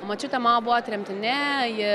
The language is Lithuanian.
močiutė mano buvo tremtinė ji